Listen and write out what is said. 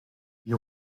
die